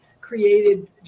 created